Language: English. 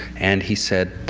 and he said,